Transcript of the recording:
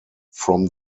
from